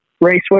Raceway